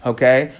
Okay